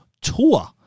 Tour